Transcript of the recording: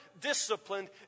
disciplined